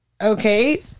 okay